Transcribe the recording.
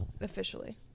Officially